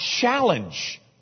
challenge